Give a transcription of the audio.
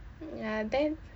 ya then